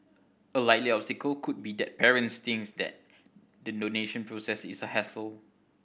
a likely obstacle could be that parents thinks that the donation process is a hassle